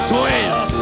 Twins